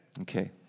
Okay